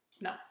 No